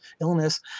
illness